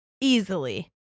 Easily